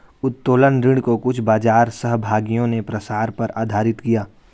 उत्तोलन ऋण को कुछ बाजार सहभागियों ने प्रसार पर आधारित किया